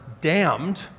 damned